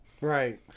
Right